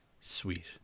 sweet